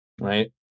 right